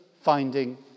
finding